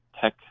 tech